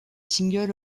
singles